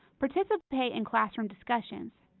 participate in classroom discussions.